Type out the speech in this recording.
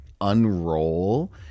unroll